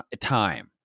time